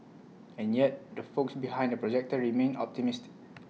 and yet the folks behind the projector remain optimistic